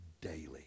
daily